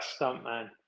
stuntman